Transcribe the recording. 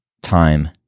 time